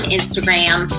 Instagram